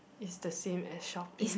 is the same as shopping